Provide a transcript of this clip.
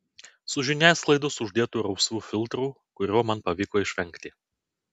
su žiniasklaidos uždėtu rausvu filtru kurio man pavyko išvengti